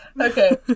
Okay